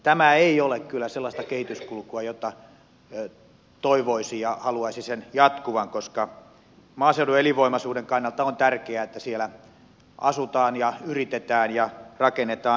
tämä ei ole kyllä sellaista kehityskulkua jota toivoisi ja jonka haluaisi jatkuvan koska maaseudun elinvoimaisuuden kannalta on tärkeää että siellä asutaan ja yritetään ja rakennetaan uutta